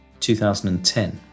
2010